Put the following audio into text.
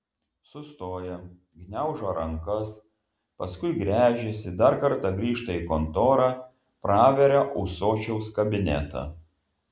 sustoja gniaužo rankas paskui gręžiasi dar kartą grįžta į kontorą praveria ūsočiaus kabinetą